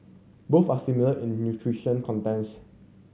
both are similar in nutrition contents